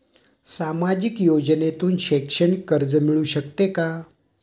सामाजिक योजनेतून शैक्षणिक कर्ज मिळू शकते का?